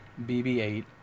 BB-8